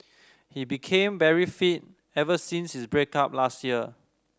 he became very fit ever since his break up last year